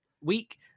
week